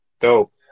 Dope